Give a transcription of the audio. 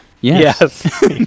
Yes